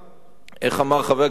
איך אמר חבר הכנסת גילאון?